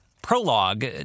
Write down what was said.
prologue